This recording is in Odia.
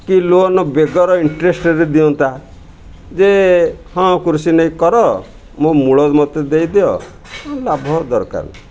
କି ଲୋନ୍ ବେଗର ଇଣ୍ଟ୍ରେଷ୍ଟ୍ ରେଟ୍ ଦିଅନ୍ତା ଯେ ହଁ କୃଷି ନେଇ କର ମୋ ମୂଳ ମୋତେ ଦେଇଦିଅ ଲାଭ ଦରକାର